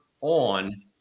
on